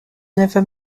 never